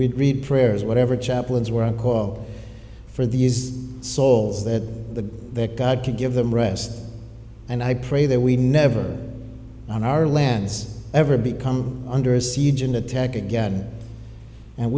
we'd read prayers whatever chaplains were a call for these souls that the that god could give them rest and i pray that we never on our lands ever become under a siege an attack again and